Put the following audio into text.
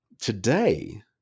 Today